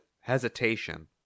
hesitation